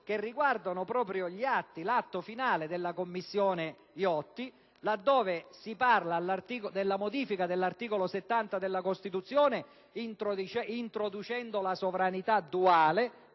che riguardano l'atto finale della Commissione Iotti, laddove si parla della modifica dell'articolo 70 della Costituzione, introducendo la sovranità duale